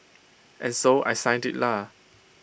and so I signed IT lah